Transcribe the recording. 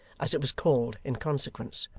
as it was called, in consequence.